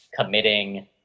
committing